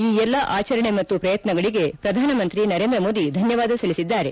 ಈ ಎಲ್ಲಾ ಆಚರಣೆ ಮತ್ತು ಪ್ರಯತ್ನಗಳಿಗೆ ಪ್ರಧಾನಮಂತ್ರಿ ನರೇಂದ್ರ ಮೋದಿ ಧನ್ಯವಾದ ಸಲ್ಲಿಸಿದ್ದಾರೆ